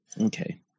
Okay